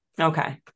Okay